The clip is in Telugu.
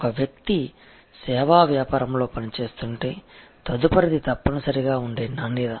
ఒక వ్యక్తి సేవా వ్యాపారంలో పనిచేస్తుంటే తదుపరిది తప్పనిసరిగా ఉండే నాణ్యత